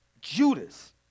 Judas